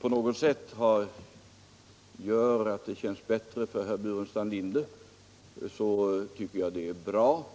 på något sätt gör att det känns bättre för herr Burenstam Linder, så tycker jag att det är bra.